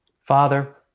Father